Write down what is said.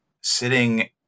Sitting